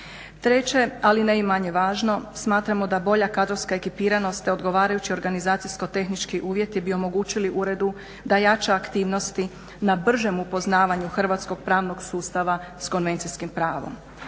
Treće, ali ne i manje važno smatramo da bolja kadrovska ekipiranost, te odgovarajući organizacijsko-tehnički uvjeti bi omogućili Uredu da jača aktivnosti na bržem upoznavanju hrvatskog pravnog sustava s konvencijskim pravom.